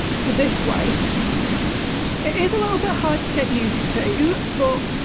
to this way it is a little bit hard to get used to you but